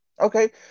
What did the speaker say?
Okay